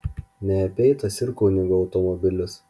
neapeitas ir kunigo automobilis